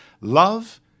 love